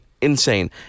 insane